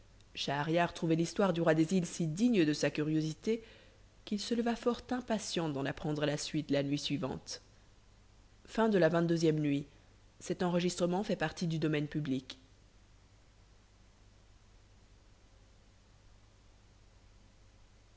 schahriar trouvait l'histoire du roi des îles noires si digne de sa curiosité qu'il se leva fort impatient d'en apprendre la suite la nuit suivante xxiii nuit